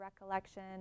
recollection